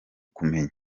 kumenya